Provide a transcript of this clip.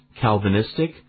Calvinistic